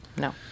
no